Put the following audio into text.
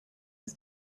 his